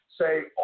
say